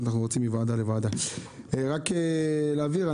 רק בשביל להבהיר,